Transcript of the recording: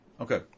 Okay